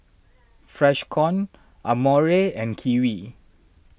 Freshkon Amore and Kiwi